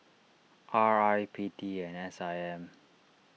R I P T and S I M